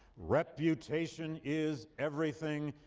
reputation is everything.